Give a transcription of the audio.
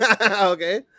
Okay